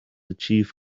achieve